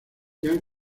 jean